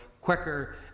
quicker